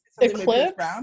eclipse